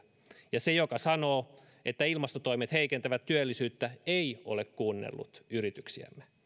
ja se joka sanoo että ilmastotoimet heikentävät työllisyyttä ei ole kuunnellut yrityksiämme